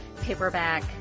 paperback